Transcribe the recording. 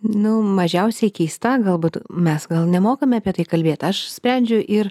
nu mažiausiai keista galbūt mes gal nemokame apie tai kalbėt aš sprendžiu ir